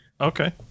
Okay